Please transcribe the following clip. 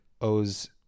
owes